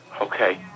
Okay